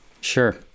Sure